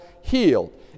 healed